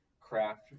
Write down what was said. craft